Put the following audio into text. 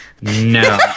no